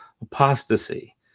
apostasy